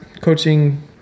coaching